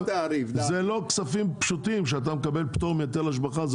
אלה לא כספים פשוטים, שאתה מקבל פטור מהיטל השבחה.